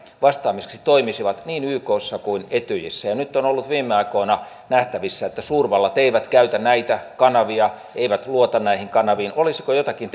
vastaamiseksi toimisivat niin ykssa kuin etyjissä nyt on ollut viime aikoina nähtävissä että suurvallat eivät käytä näitä kanavia eivät luota näihin kanaviin olisiko jotakin